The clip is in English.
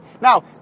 Now